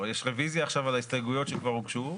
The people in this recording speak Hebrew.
יש רוויזיה עכשיו על ההסתייגויות שכבר הוגשו,